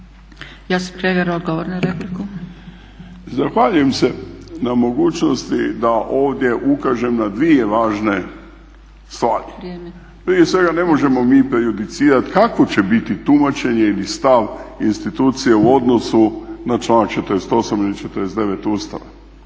**Kregar, Josip (Nezavisni)** Zahvaljujem se na mogućnosti da ovdje ukažem na dvije važne stvari, prije svega ne možemo mi prejudicirati kako će biti tumačenje ili stav institucije u odnosu na članak 48.ili 49. Ustava.